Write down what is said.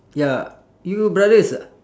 ya you got brothers ah